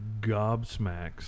gobsmacks